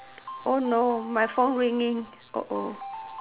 no my phone ringing